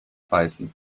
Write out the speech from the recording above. beißen